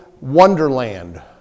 Wonderland